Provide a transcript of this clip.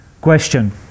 Question